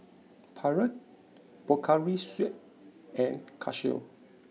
Pilot Pocari Sweat and Casio